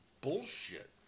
bullshit